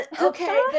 okay